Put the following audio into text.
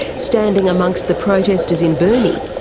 standing amongst the protesters in burnie,